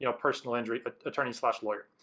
you know personal injury but attorney slash lawyer.